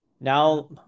now